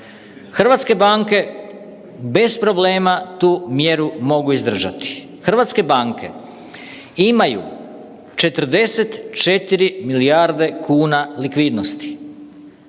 Hrvatske banke bez problema tu mjeru mogu izdržati. Hrvatske banke imaju 44 milijarde kuna likvidnosti,